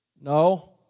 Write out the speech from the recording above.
No